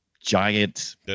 giant